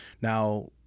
Now